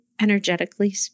energetically